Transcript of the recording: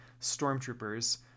stormtroopers